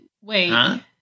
wait